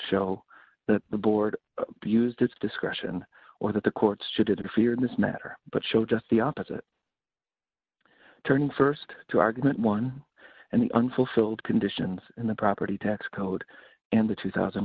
show that the board used its discretion or that the courts should interfere in this matter but showed just the opposite turning st to argument one and the unfulfilled conditions in the property tax code and the two thousand